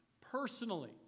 personally